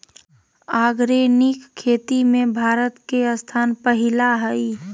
organic खेती में भारत के स्थान पहिला हइ